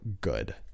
good